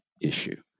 issue